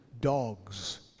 dogs